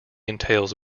entails